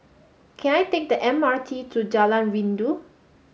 can I take the M R T to Jalan Rindu